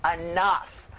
enough